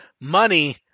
money